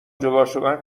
جداشدن